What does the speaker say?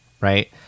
right